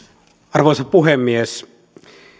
arvoisa puhemies